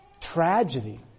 tragedy